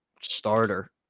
starter